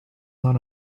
not